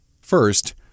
First